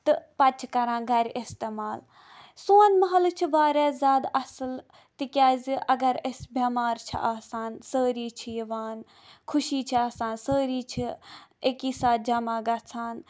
تہٕ پَتہٕ چھِ کران گرِ اِستعمال سون محلہٕ چھُ واریاہ زیادٕ اَصٕل تِکیازِ اَگر أسۍ بیٚمار چھِ آسان سٲری چھِ یِوان خوشی چھِ آسان سٲری چھِ اَکی ساتہٕ جمع گژھان